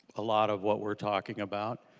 a lot of what we're talking about